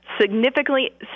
significantly